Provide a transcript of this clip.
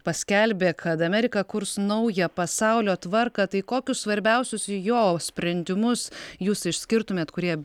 paskelbė kad amerika kurs naują pasaulio tvarką tai kokius svarbiausius jo sprendimus jūs išskirtumėt kurie